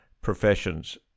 professions